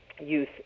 youth